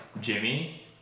Jimmy